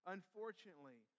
Unfortunately